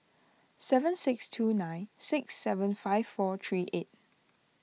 seven six two nine six seven five four three eight